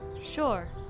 Sure